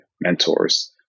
mentors